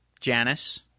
Janice